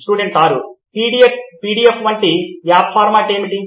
student 6 PDF వంటి ఈ app format ఏమిటి